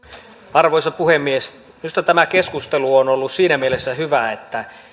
arvoisa puhemies minusta tämä keskustelu on ollut siinä mielessä hyvä että